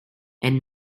and